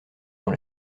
dans